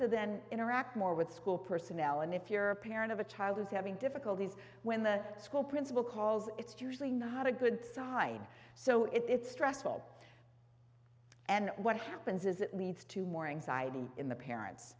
to then interact more with school personnel and if you're a parent of a child who's having difficulties when the school principal calls it's usually not a good side so it's stressful and what happens is it leads to more anxiety in the parents